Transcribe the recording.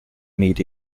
meat